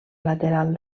lateral